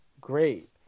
great